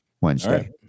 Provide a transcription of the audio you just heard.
Wednesday